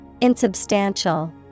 Insubstantial